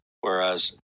Whereas